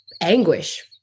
anguish